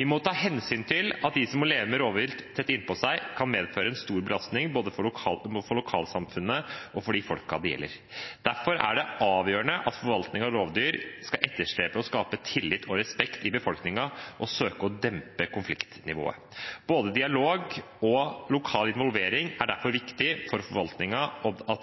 Vi må ta hensyn til at det å leve med rovvilt tett innpå seg kan medføre en stor belastning både for lokalsamfunnene og for de folkene det gjelder. Derfor er det avgjørende at forvaltningen av rovdyr skal etterstrebe å skape tillit og respekt i befolkningen og søke å dempe konfliktnivået. Både dialog og lokal involvering er derfor viktig for forvaltningen, og